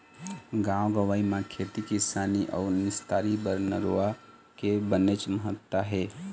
गाँव गंवई म खेती किसानी अउ निस्तारी बर नरूवा के बनेच महत्ता हे